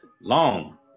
long